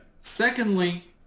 Secondly